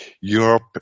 Europe